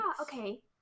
Okay